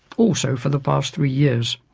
also for the past three years.